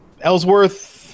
ellsworth